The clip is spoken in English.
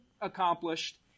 accomplished